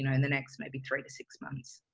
and in the next maybe three to six months,